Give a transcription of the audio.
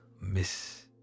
miss